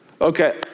Okay